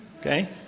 Okay